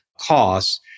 costs